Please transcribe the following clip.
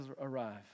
arrive